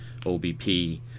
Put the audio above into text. OBP